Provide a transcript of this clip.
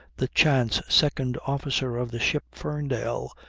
the chance second officer of the ship ferndale,